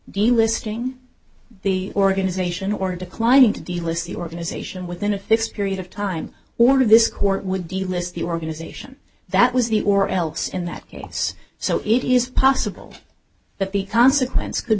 delisting the organization or declining to delist the organization within a fixed period of time or this court would delist the organization that was the or else in that case so it is possible that the consequences could